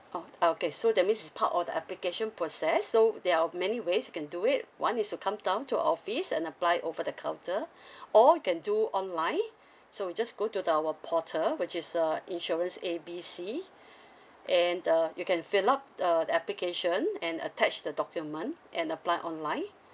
orh okay so that means is part of the application process so there are many ways you can do it one is to come down to our office and apply over the counter or you can do online so just go to the our portal which is uh insurance A B C and uh you can fill up uh the application and attach the document and apply online